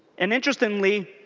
and interestingly